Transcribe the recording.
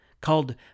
Called